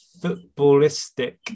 footballistic